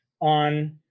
on